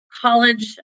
college